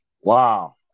Wow